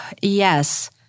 Yes